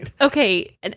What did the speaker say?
okay